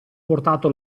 portato